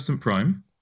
Prime